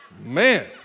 Man